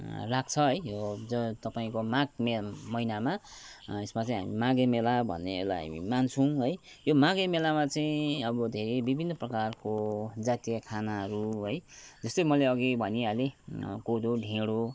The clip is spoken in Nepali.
लाग्छ है यो ज तपाईँको माग मे मैनामा यसमा चाहिँ हामी माघे मेला भन्ने यसलाई हामी मान्छौँ है यो माघे मेलामा चाहिँ अब धेरै विभिन्न प्रकारको जातीय खानाहरू है जस्तै मैले अघि भनिहालेँ कोदो ढेँडो